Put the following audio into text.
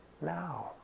now